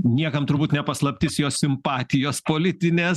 niekam turbūt ne paslaptis jo simpatijos politinės